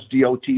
DOT